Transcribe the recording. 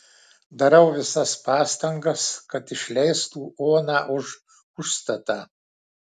darau visas pastangas kad išleistų oną už užstatą